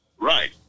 Right